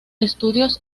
estudios